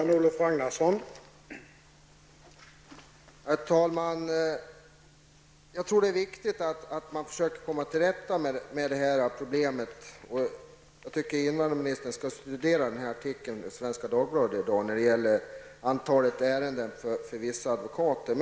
Herr talman! Jag tror att det är viktigt att man försöker komma till rätta med problemet, och jag tycker att invandrarministern bör studera dagens artikel i Svenska Dagbladet beträffande antalet ärenden för vissa advokater.